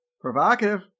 Provocative